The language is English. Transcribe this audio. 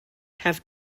have